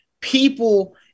people